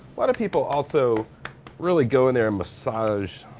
lot of people also really go in there and massage